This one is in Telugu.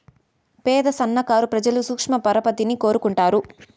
పేద సన్నకారు ప్రజలు సూక్ష్మ పరపతిని కోరుకుంటారు